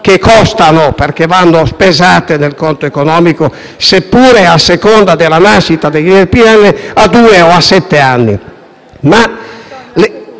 che costano, perché vanno spesate nel conto economico (anche se tenendo conto della nascita degli NPL, a due o a sette anni).